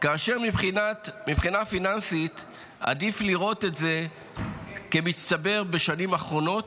כאשר מבחינה פיננסית עדיף לראות את זה כמצטבר בשנים אחרונות,